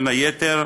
בין היתר,